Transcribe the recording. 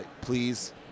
please